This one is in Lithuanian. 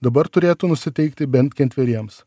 dabar turėtų nusiteikti bent ketveriems